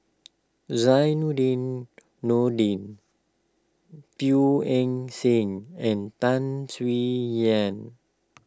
Zainudin Nordin Teo Eng Seng and Tan Swie Hian